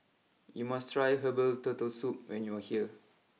you must try Herbal Turtle Soup when you are here